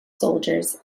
soldiers